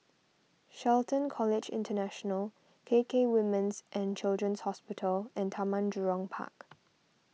Shelton College International K K Women's and Children's Hospital and Taman Jurong Park